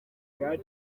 kuri